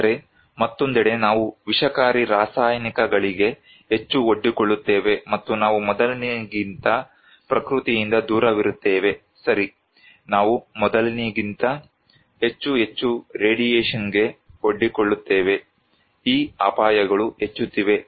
ಆದರೆ ಮತ್ತೊಂದೆಡೆ ನಾವು ವಿಷಕಾರಿ ರಾಸಾಯನಿಕಗಳಿಗೆ ಹೆಚ್ಚು ಒಡ್ಡಿಕೊಳ್ಳುತ್ತೇವೆ ಮತ್ತು ನಾವು ಮೊದಲಿಗಿಂತ ಪ್ರಕೃತಿಯಿಂದ ದೂರವಿರುತ್ತೇವೆ ಸರಿ ನಾವು ಮೊದಲಿಗಿಂತ ಹೆಚ್ಚು ಹೆಚ್ಚು ರೇಡಿಯೇಶನ್ಗೆ ಒಡ್ಡಿಕೊಳ್ಳುತ್ತೇವೆ ಈ ಅಪಾಯಗಳು ಹೆಚ್ಚುತ್ತಿವೆ